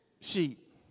sheep